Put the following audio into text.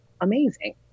amazing